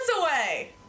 away